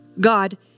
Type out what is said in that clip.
God